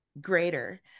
greater